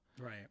Right